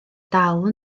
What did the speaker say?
dal